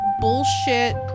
bullshit